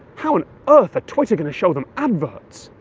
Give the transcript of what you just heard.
how on earth are twitter going to show them adverts?